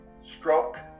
stroke